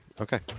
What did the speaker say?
Okay